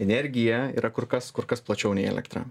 energija yra kur kas kur kas plačiau nei elektra